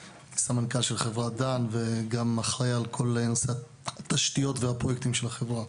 נגישות נמוכה של תחנות והיעדר שילוביות בין אמצעי התחבורה השונים.